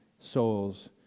souls